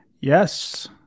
Yes